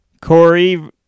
Corey